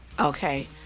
Okay